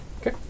Okay